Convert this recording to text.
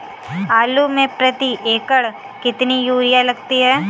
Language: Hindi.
आलू में प्रति एकण कितनी यूरिया लगती है?